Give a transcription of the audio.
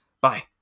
Bye